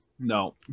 No